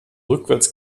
rückwärts